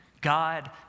God